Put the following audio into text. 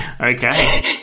Okay